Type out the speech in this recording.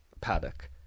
paddock